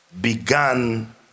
began